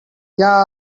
yeah